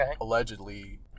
allegedly